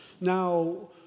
Now